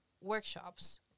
workshops